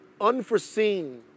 unforeseen